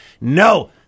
No